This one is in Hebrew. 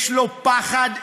יש לו פחד אחד: